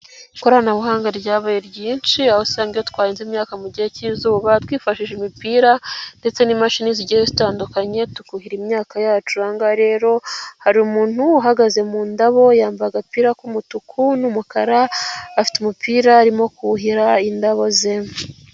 Ikoranabuhanga ryabaye ryinshi aho usanzwe twarenze imyaka mu gihe cy'izuba twifashishije imipira ndetse n'imashini zigiye zitandukanye tukuhira imyaka yacu angahe rero hari umuntu uhagaze mu ndabo yambaye agapira k'umutuku n'umukara afite umupira arimo kuhira indabo zemwe.